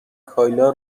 کایلا